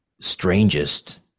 strangest